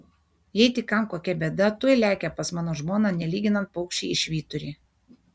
jei tik kam kokia bėda tuoj lekia pas mano žmoną nelyginant paukščiai į švyturį